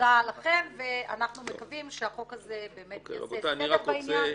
תודה לכם ואנחנו מקווים שהחוק הזה יעשה סדר בעניין.